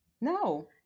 no